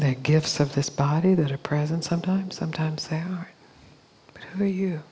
make gifts of this body that are present sometimes sometimes there are you